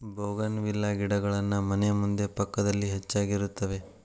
bougainvillea ಗಿಡಗಳನ್ನಾ ಮನೆ ಮುಂದೆ ಪಕ್ಕದಲ್ಲಿ ಹೆಚ್ಚಾಗಿರುತ್ತವೆ